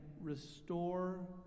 restore